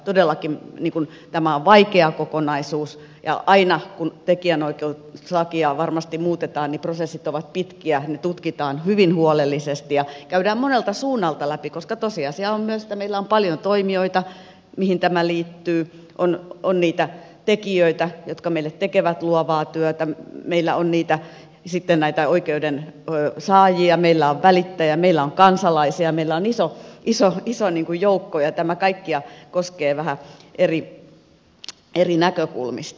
todellakin tämä on vaikea kokonaisuus ja aina kun tekijänoikeuslakia muutetaan niin prosessit ovat varmasti pitkiä ne tutkitaan hyvin huolellisesti ja käydään monelta suunnalta läpi koska tosiasia on myös se että meillä on paljon toimijoita joihin tämä liittyy on niitä tekijöitä jotka meille tekevät luovaa työtä ja sitten meillä on näitä oikeudensaajia meillä on välittäjiä meillä on kansalaisia ja meillä on iso joukko ja tämä koskee kaikkia vähän eri näkökulmista